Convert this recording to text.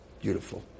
Beautiful